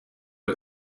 bei